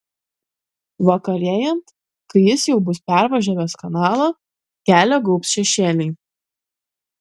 vakarėjant kai jis jau bus pervažiavęs kanalą kelią gaubs šešėliai